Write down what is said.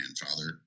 grandfather